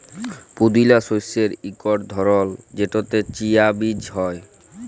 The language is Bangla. পুদিলা শস্যের ইকট ধরল যেটতে চিয়া বীজ হ্যয়